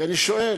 אני שואל: